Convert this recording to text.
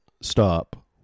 stop